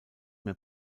mehr